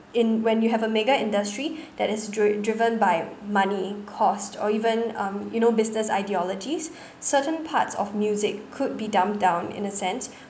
in when you have a mega industry that is driven by money cost or even um you know business ideologies certain parts of music could be dumbed down in a sense